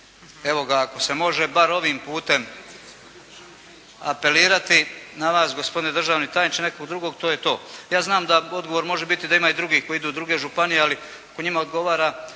evo ga ako se može bar ovim putem apelirati na vas gospodine državni tajniče, nekog drugog. To je to. Ja znam da odgovor može biti da ima i drugih koji idu u druge županije, ali ako njima odgovara,